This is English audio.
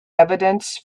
evidence